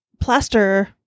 plaster